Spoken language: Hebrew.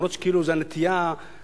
אף-על-פי שכאילו זו הנטייה מראש.